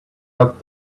out